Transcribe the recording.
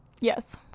Yes